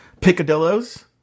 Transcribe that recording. picadillos